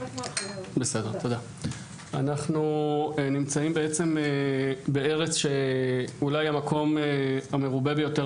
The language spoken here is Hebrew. אנחנו נמצאים בארץ שהיא אולי המקום המרובה ביותר